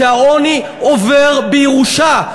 שהעוני עובר בירושה.